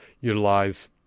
utilize